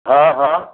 हा हा